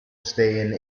staying